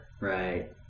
Right